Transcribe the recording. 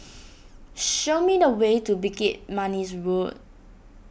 show me the way to Bukit Manis Road